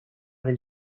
del